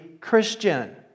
Christian